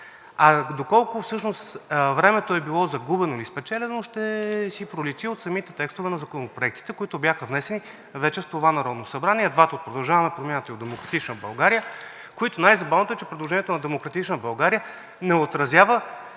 Доколко всъщност времето е било загубено или спечелено, ще си проличи от самите текстове на законопроектите, които бяха внесени вече в това Народно събрание – двата от „Продължаваме Промяната“ и от „Демократична България“. Най-забавното е, че предложението на „Демократична България“ не отразява